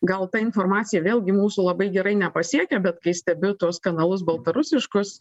gal ta informacija vėlgi mūsų labai gerai nepasiekia bet kai stebiu tuos kanalus baltarusiškus